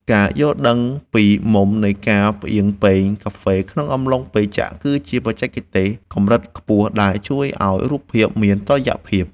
ការយល់ដឹងពីមុំនៃការផ្អៀងពែងកាហ្វេក្នុងអំឡុងពេលចាក់ គឺជាបច្ចេកទេសកម្រិតខ្ពស់ដែលជួយឱ្យរូបភាពមានតុល្យភាព។